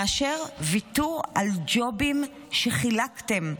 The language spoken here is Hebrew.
מאשר ויתור על ג'ובים שחילקתם.